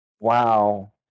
wow